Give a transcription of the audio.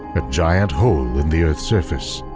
a giant hole in the earth's surface.